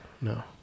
No